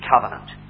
covenant